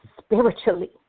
spiritually